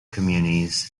communities